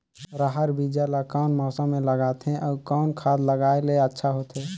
रहर बीजा ला कौन मौसम मे लगाथे अउ कौन खाद लगायेले अच्छा होथे?